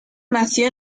nació